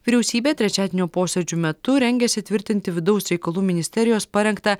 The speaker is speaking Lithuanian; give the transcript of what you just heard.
vyriausybė trečiadienio posėdžio metu rengiasi tvirtinti vidaus reikalų ministerijos parengtą